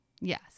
Yes